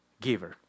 giver